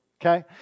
okay